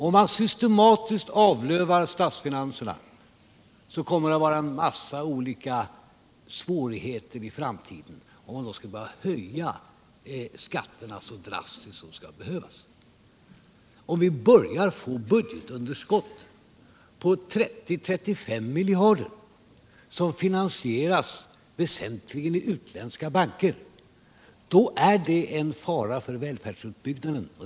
Om man systematiskt avlövar statsfinanserna kommer det att uppstå en massa svårigheter i framtiden, när man måste börja höja skatterna så drastiskt som det då skulle behövas. Om vi börjar få budgetunderskott på 30-35 miljarder kronor som finansieras väsentligen i utländska banker är det en fara för välfärdsutbyggnaden.